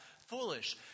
foolish